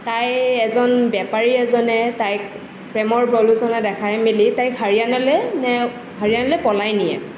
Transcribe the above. তাই এজন বেপাৰী এজনে তাইক প্ৰেমৰ প্ৰৰোচনা দেখাই মেলি তাইক হাৰিয়ানালৈ নে হাৰিয়ানালৈ পলুৱাই নিয়ে